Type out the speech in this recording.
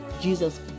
Jesus